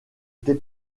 t’ai